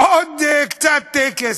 עוד קצת כסף.